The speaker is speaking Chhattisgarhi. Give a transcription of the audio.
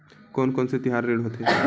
कोन कौन से तिहार ऋण होथे?